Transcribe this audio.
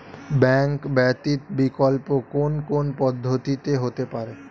Bank ব্যতীত বিকল্প কোন কোন পদ্ধতিতে হতে পারে?